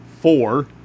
four